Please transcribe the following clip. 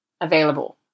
available